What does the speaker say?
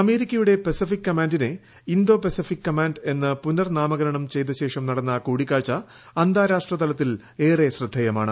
അമേരിക്കയുടെ പസഫിക് കമാൻഡിനെ Indo Pacific command എന്ന് പുനർനാമകരണം ചെയ്തശേഷം നടന്ന കൂടിക്കാഴ്ച അന്താരാഷ്ട്ര തലത്തിൽ ഏറെ ശ്രദ്ധേയമാണ്